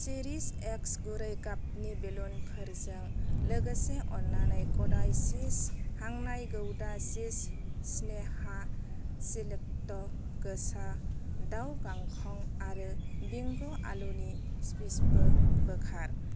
चेरिश एक्स गुरै गाबनि बेलुनफोरजों लोगोसे अन्नानै कदाइ चीस हांनाय गौदा चिज स्नेहा सिलेक्ट गोसा दाउ गांखं आरो बिंग' आलुनि चिप्सबो बोखार